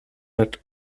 but